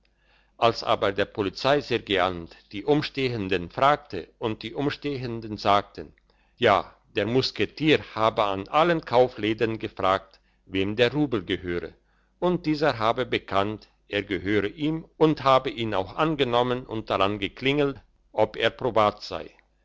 als aber der polizeisergeant die umstehenden fragte und die umstehenden sagten ja der musketier habe an allen kaufläden gefragt wem der rubel gehöre und dieser habe bekannt er gehöre ihm und habe ihn auch angenommen und daran geklingelt ob er probat sei